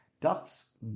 Ducks